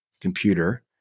computer